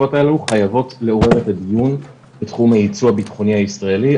החשיפות האלה חייבות לעורר את הדיון בתחום הייצוא הבטחוני הישראלי,